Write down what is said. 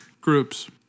groups